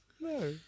No